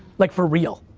like for real,